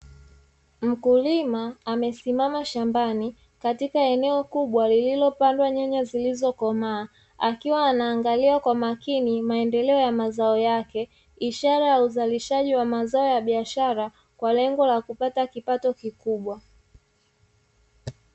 Mkulima amesimama shambani katika eneo kubwa lililopandwa nyanya zilizokomaa, akiwa anaangalia kwa makini maendeleo ya mazao yake, ishara ya uzalishaji wa mazao ya biashara kwa lengo la kupata kipato kikubwa.